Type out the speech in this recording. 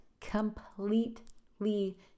Completely